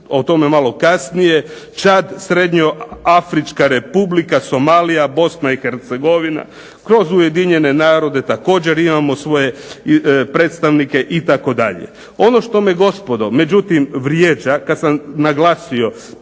o tome malo kasnije, Čad, Srednjeafrička Republika, Somalija, Bosna i Hercegovina, kroz Ujedinjene narode također imamo svoje predstavnike itd. Ono što me gospodo međutim vrijeđa kad sam naglasio